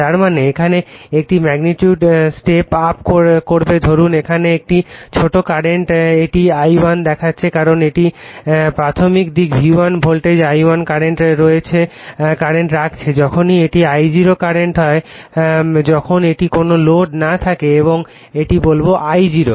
তার মানে এখানে এটি ম্যাগনিটিউড সেট আপ করবে ধরুন এখানে একটি ছোট কারেন্ট এটি I1 দেখাচ্ছে কারণ এটি প্রাথমিক দিক V1 ভোল্টেজ I1 কারেন্ট রাখছে যখনই এটি I0 কারেন্ট হয় যখন এটি কোন লোড না থাকে এবং এটি বলব I0